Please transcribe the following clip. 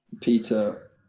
Peter